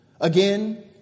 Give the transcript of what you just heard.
again